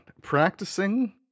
practicing